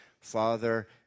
Father